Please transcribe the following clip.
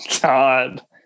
God